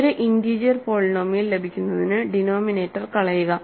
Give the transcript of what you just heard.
ഒരു integer polynomial ലഭിക്കുന്നതിന് denominator കളയുക